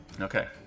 Okay